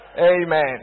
Amen